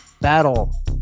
battle